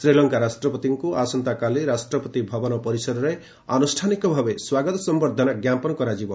ଶ୍ରୀଲଙ୍କା ରାଷ୍ଟ୍ରପତିଙ୍କୁ ଆସନ୍ତାକାଲି ରାଷ୍ଟ୍ରପତି ଭବନ ପରିସରରେ ଆନୁଷ୍ଠାନିକ ଭାବେ ସ୍ୱାଗତ ସମ୍ଭର୍ଦ୍ଧନା ଜ୍ଞାପନ କରାଯିବ